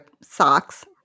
socks